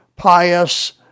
pious